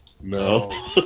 No